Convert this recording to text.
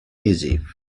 egypt